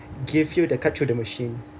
give you the card through the machine